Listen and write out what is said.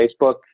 Facebook